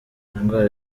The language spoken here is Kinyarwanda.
indwara